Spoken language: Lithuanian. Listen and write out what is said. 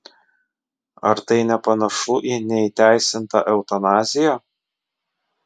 ar tai nepanašu į neįteisintą eutanaziją